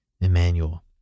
Emmanuel